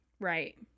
Right